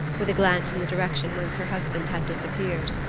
with a glance in the direction whence her husband had disappeared.